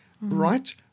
Right